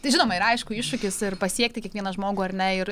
tai žinoma ir aišku iššūkis pasiekti kiekvieną žmogų ar ne ir